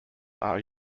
are